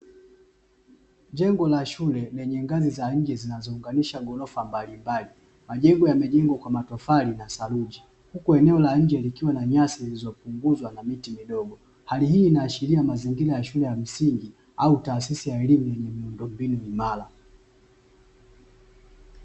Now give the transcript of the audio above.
Jengo la shule lenye ngazi za nje zinazoziunganisha ghorofa mbalimbali. Majengo yamejengwa kwa matofali na saruji, huku eneo la nje likiwa na nyasi zilizopunguzwa na miti midogo. Hali hii inaashiria mazingira ya shule ya msingi au taasisi ya elimu, iliyo na miundombinu imara.